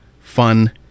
fun